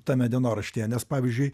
tame dienoraštyje nes pavyzdžiui